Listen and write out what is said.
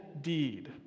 deed